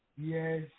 Yes